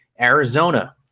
Arizona